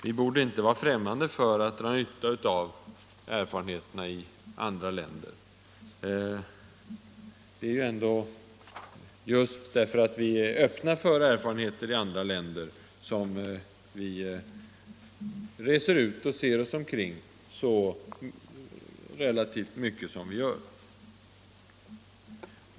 Vi borde inte vara främmande för att dra nytta av erfarenheterna i andra länder. Det är ju ändå just därför att vi är öppna för sådana erfarenheter som vi reser ut och ser oss omkring så relativt mycket som vi gör.